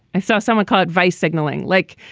i saw someone called vice signaling, like,